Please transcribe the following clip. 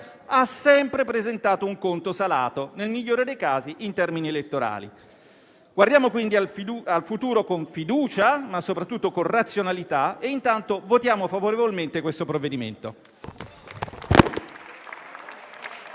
ha sempre presentato un conto salato, nel migliore dei casi in termini elettorali. Guardiamo quindi al futuro con fiducia, ma soprattutto con razionalità, e intanto votiamo favorevolmente questo provvedimento.